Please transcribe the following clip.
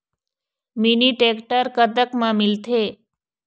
Mini tractor कतक म मिलथे?